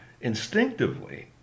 instinctively